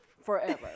forever